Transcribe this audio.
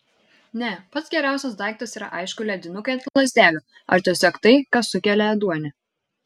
ne pats geriausias daiktas yra aišku ledinukai ant lazdelių ar tiesiog tai kas sukelia ėduonį